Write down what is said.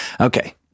Okay